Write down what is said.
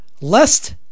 Lest